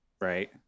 right